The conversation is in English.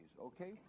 okay